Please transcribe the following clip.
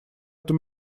эту